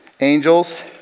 Angels